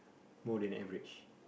more than average